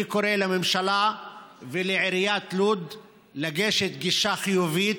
אני קורא לממשלה ולעיריית לוד לגשת בגישה חיובית,